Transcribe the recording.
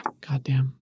Goddamn